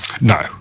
No